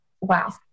wow